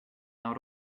out